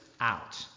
out